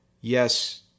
yes